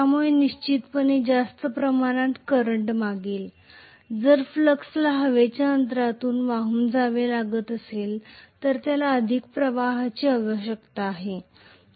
त्यामुळे निश्चितपणे जास्त प्रमाणात करंट मागेल जर फ्लक्सला हवेच्या अंतरातून वाहून जावे लागत असेल तर त्याला अधिक प्रवाहाची आवश्यकता असेल